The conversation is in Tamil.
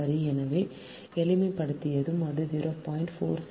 சரி எனவே எளிமைப்படுத்தியதும் அது 0